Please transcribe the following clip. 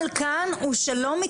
תעשו חשיבה.